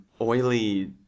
oily